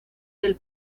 del